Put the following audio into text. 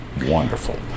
wonderful